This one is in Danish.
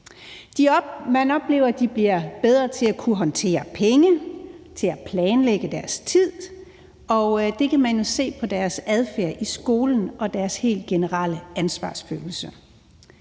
Man oplever, at de bliver bedre til at kunne håndtere penge, til at planlægge deres tid, og det kan man jo se på deres adfærd i skolen og deres helt generelle ansvarsfølelse.